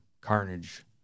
Carnage